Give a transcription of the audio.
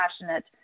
passionate